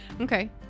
Okay